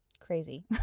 crazy